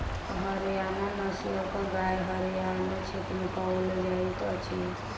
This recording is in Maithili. हरयाणा नस्लक गाय हरयाण क्षेत्र में पाओल जाइत अछि